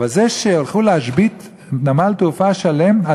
אבל זה שהלכו להשבית נמל תעופה שלם על